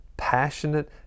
Passionate